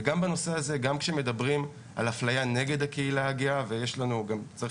וגם בנושא הזה כשמדברים על אפליה נגד הקהילה הגאה וצריך